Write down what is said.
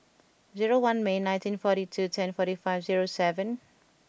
zero one May nineteen forty two ten forty five zero seven